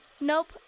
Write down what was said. Nope